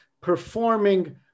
performing